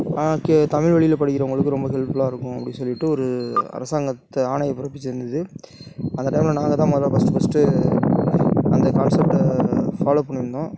K Tamil வழியில் படிக்கிறவங்களுக்கு ரொம்ப ஹெல்ப் ஃபுல்லாக இருக்கும் அப்படின்னு சொல்லிகிட்டு ஒரு அரசாங்கத்து ஆணையை பிறப்பிச்சுருந்துது அந்த டைமில் நாங்கள் தான் மொத ஃபஸ்ட் ஃபஸ்ட்டு அந்த கான்சப்ட்டை ஃபாலோவ் பண்ணியிருந்தோம்